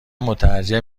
مترجم